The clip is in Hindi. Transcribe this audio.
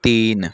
तीन